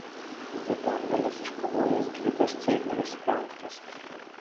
dvi pergales iškovojęs gvidas ceinorius penktas